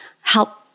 help